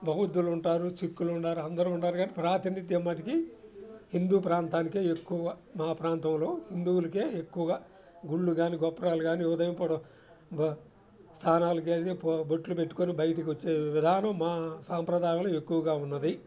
బౌద్దులు ఉంటారు సిక్కులు ఉన్నారు అందరూ ఉన్నారు కానీ ప్రాతినిధ్యం మటుక్కి హిందూ ప్రాంతానికే ఎక్కువగా మా ప్రాంతంలో హిందువులకే ఎక్కువగా గుళ్ళు కానీ గోపురాలు కానీ ఉదయం పొ స్నానాలు కానిచ్చి బొట్టలు పెట్టుకుని బయటికి వచ్చే విధానం మా సాంప్రదాయలు ఎక్కువగా ఉన్నవి